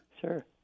Sure